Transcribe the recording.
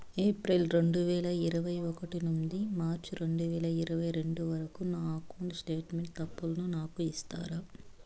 April రెండు వేల ఇరవై ఒకటి నుండి మార్చ్ రెండు వేల ఇరవై రెండు వరకు నా అకౌంట్ స్టేట్మెంట్ తప్పులను నాకు ఇస్తారా?